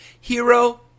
Hero